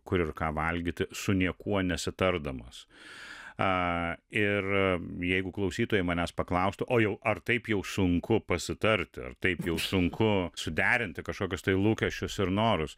kur ir ką valgyti su niekuo nesitardamas ir jeigu klausytojai manęs paklaustų o jau ar taip jau sunku pasitarti ar taip jau sunku suderinti kažkokius tai lūkesčius ir norus